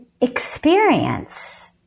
experience